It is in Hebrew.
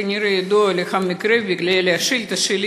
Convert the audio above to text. כנראה ידוע לך המקרה המוזכר שבשאילתה שלי,